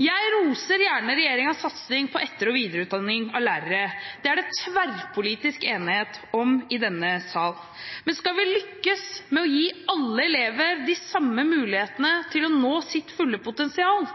Jeg roser gjerne regjeringens satsing på etter- og videreutdanning av lærere. Det er det tverrpolitisk enighet om i denne sal. Men skal vi lykkes med å gi alle elever de samme mulighetene til å nå sitt fulle potensial,